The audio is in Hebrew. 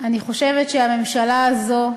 אני חושבת שהממשלה הזו,